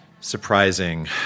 surprising